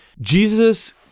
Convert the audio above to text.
Jesus